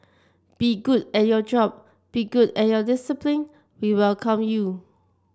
be good at your job be good at your discipline we welcome you